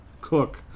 Cook